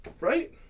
right